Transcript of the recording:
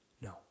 No